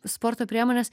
sporto priemonės